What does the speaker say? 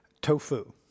tofu